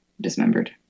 dismembered